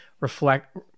reflect